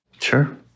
sure